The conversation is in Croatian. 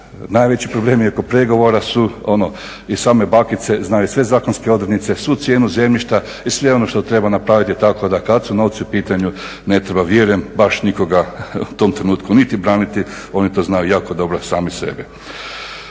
Najveći problem je oko pregovora su ono i same bakice znaju sve zakonske odrednice, svu cijenu zemljišta i sve ono što treba napraviti, tako da kad su novci u pitanju ne treba vjerujem baš nikoga u tom trenutku niti braniti. Oni to znaju jako dobro sami sebe.